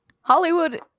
Hollywood